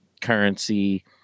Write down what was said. currency